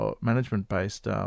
management-based